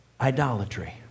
idolatry